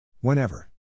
whenever